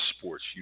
sports